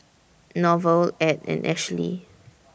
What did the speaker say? Norval Ed and Ashlie